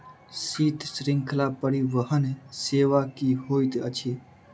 शीत श्रृंखला परिवहन सेवा की होइत अछि?